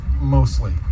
mostly